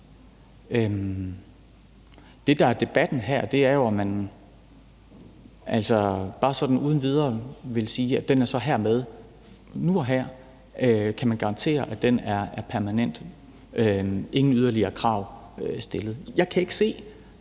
Det, der er debatten her, er jo, om man bare sådan uden videre vil sige, at den er så hermed nu og her; at man kan garantere, at den er permanent; og at der ingen yderligere krav er stillet. Jeg kan ikke se,